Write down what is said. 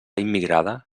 immigrada